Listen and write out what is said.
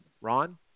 Ron